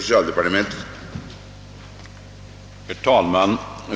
Herr talman!